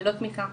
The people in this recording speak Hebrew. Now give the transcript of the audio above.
ללא תמיכה,